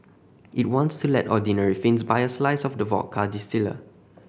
it wants to let ordinary Finns buy a slice of the vodka distiller